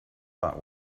lot